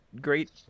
great